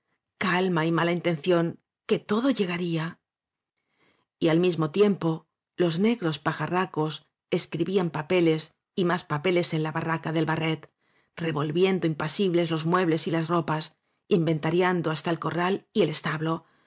calma y mala intención que todo llegaría y al mismo tiempo los negros pajarracos escribían papeles y más papeles en la barraca del barret revolviendo impasibles los muebles y las ropas inventariando hasta el corral y el establo